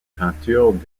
peintures